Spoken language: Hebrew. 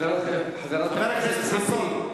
חבר הכנסת חסון.